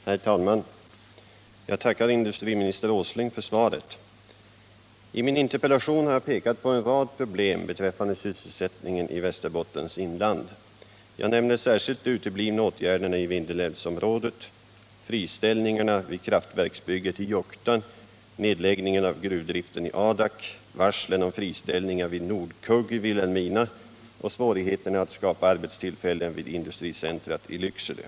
Herr talman! Jag tackar industriminister Åsling för svaret. I min interpellation har jag pekat på en rad problem beträffande sys selsättningen i Västerbottens inland. Jag nämner särskilt de uteblivna Nr 26 åtgärderna i Vindelälvsområdet, friställningarna vid kraftverksbygget i Måndagen den Juktan, nedläggningen av gruvdriften i Adak, varslen om friställningar 14 november 1977 vid Nordkugg i Vilhelmina och svårigheterna att skapa arbetstillfällen — vid industricentret i Lycksele.